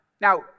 Now